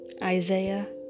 Isaiah